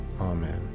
Amen